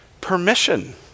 permission